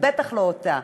ובטח לא אותה.